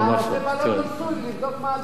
אתה עושה בלון ניסוי לבדוק מה התגובות.